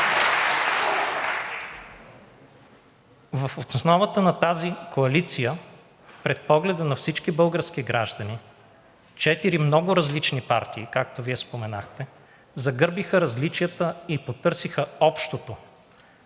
В основата на тази коалиция пред погледа на всички български граждани четири много различни партии, както Вие споменахте, загърбиха различията и потърсиха общото.